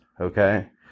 okay